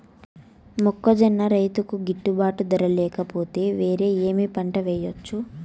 మొక్కజొన్న రైతుకు గిట్టుబాటు ధర లేక పోతే, వేరే ఏమి పంట వెయ్యొచ్చు?